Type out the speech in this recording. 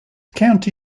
county